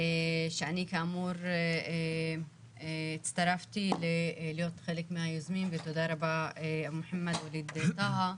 שאני כאמור הצטרפתי להיות חלק מהיוזמים ותודה רבה למוחמד ווליד טאהא.